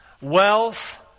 wealth